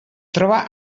troba